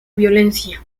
violencia